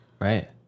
Right